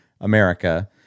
America